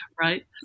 Right